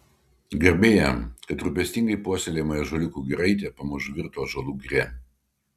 garbė jam kad rūpestingai puoselėjama ąžuoliukų giraitė pamažu virto ąžuolų giria